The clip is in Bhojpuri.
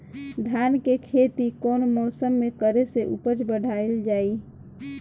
धान के खेती कौन मौसम में करे से उपज बढ़ाईल जाई?